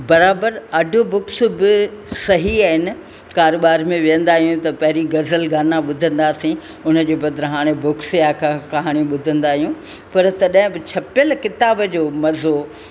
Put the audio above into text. बराबरु audio books बि सही आहिनि कार वार में बि विहंदा आहियूं त पहिरीं ग़ज़ल गाना ॿुधंदासीं उन जे बदिरां बुक्स या कहाणियूं ॿुधंदा आहियूं पर तॾहिं बि छपियलु किताब जो मज़ो